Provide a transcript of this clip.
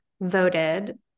voted